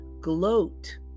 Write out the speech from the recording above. gloat